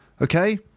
Okay